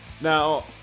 Now